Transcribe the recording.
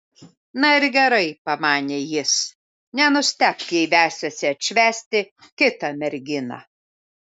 na ir gerai pamanė jis nenustebk jei vesiuosi atšvęsti kitą merginą